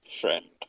friend